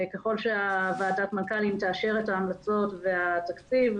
ככל שוועדת המנכ"לים תאשר את ההמלצות והתקציב,